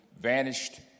vanished